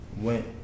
went